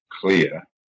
clear